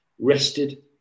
rested